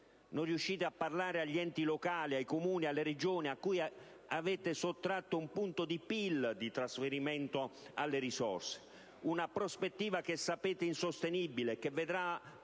Non riuscite a parlare agli enti locali, ai Comuni e alle Regioni, a cui avete sottratto un punto di PIL di trasferimenti. È una prospettiva che sapete essere insostenibile, perché vedrà